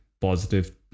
positive